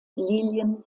lilien